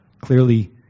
Clearly